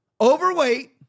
overweight